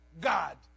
God